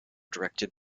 directed